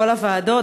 כל הוועדות,